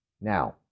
Now